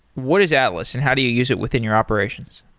what is atlas and how do you use it within your operations?